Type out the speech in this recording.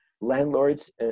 landlords